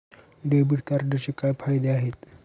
Debit कार्डचे काय फायदे आहेत?